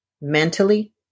mentally